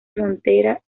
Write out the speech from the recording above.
frontera